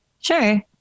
Sure